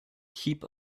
heap